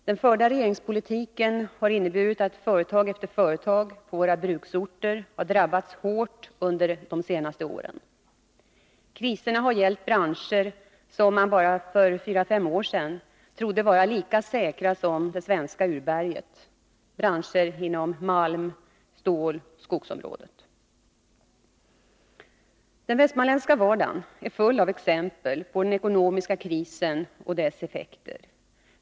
Den förda regeringspolitiken har inneburit att företag efter företag på våra bruksorter har drabbats hårt under de senaste åren. Kriserna har gällt branscher som man för bara fyra fem år sedan trodde var lika säkra som det svenska urberget, dvs. branscher inom malm-, ståloch skogsområdet. Den västmanländska vardagen är full av exempel på den ekonomiska krisen och dess effekter.